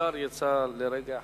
השר יצא לרגע אחד,